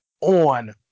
on